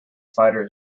fighter